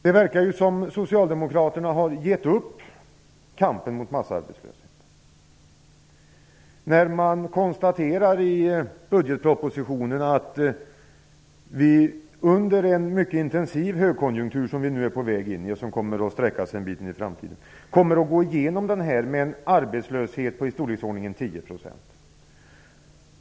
Det verkar som om socialdemokraterna gett upp kampen mot massarbetslösheten. I budgetpropositionen konstateras det att vi kommer att gå igenom en mycket intensiv högkonjunktur - vi är på väg in i den nu och den kommer att sträcka sig en bit in i framtiden - med en arbetslöshet i storleksordningen 10 %.